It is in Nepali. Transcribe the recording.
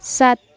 सात